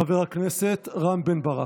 חבר הכנסת רם בן ברק.